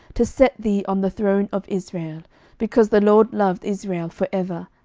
to set thee on the throne of israel because the lord loved israel for ever,